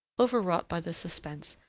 overwrought by the suspense,